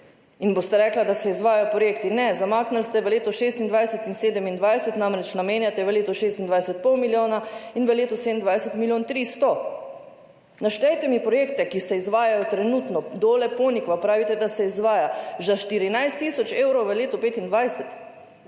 In boste rekli, da se izvajajo projekti? Ne, zamaknili ste v leto 2026 in 2027. Namreč, namenjate v leto 2026 pol milijona in v letu 2027 milijon 300. Naštejte mi projekte, ki se izvajajo trenutno. Dole–Ponikva, pravite, da se izvaja za 14 tisoč v letu 2025.